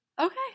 Okay